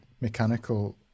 mechanical